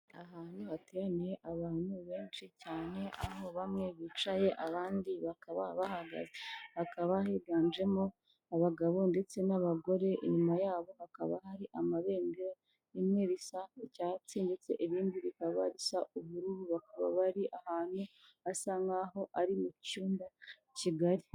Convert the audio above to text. Ahantu hateraniye abantu benshi cyane aho bamwe bicaye abandi bakaba bahagaze, hakaba higanjemo abagabo ndetse n'abagore inyuma yabo hakaba hari amabendera, rimwe risa icyatsi ndetse irindi rikaba risa ubururu, bakaba bari ahantu hasa nk'aho ari mu cyumba kigari.